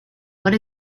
what